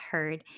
Heard